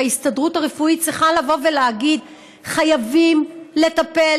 והסתדרות הרפואית צריכה לבוא ולהגיד: חייבים לטפל